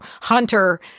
hunter